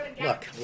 Look